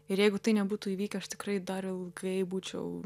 ir jeigu tai nebūtų įvykę aš tikrai dar ilgai būčiau